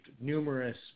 numerous